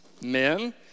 Men